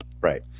Right